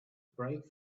brake